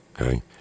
Okay